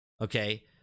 Okay